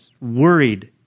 worried